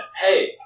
Hey